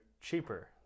cheaper